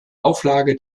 auflage